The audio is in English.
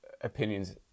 opinions